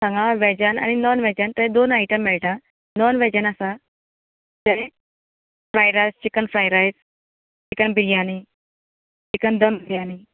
हांगा वेजान आनी नाॅन वेजान दोन आयटम मेळटा नाॅन वेजान आसा तें fry rice chicken fry rice chicken biryani chicken dum biryani